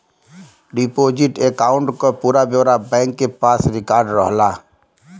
deposit account क पूरा ब्यौरा बैंक के पास रिकार्ड रहला